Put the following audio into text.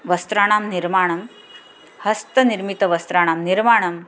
वस्त्राणां निर्माणं हस्तनिर्मितवस्त्राणां निर्माणम्